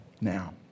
now